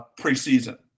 preseason